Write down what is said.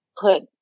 put